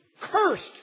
cursed